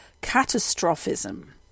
Catastrophism